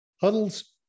Huddle's